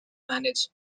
manage